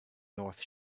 north